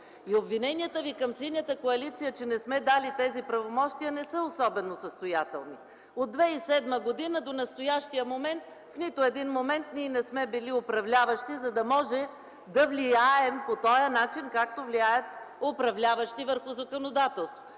Обвиненията Ви към Синята коалиция, че не сме дали тези правомощия, не са особено състоятелни. От 2007 г. до настоящия момент в нито един момент ние не сме били управляващи, за да можем да влияем по този начин, по който влияят управляващите върху законодателството.